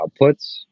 outputs